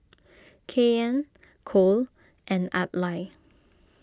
Kanye Cole and Adlai